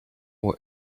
what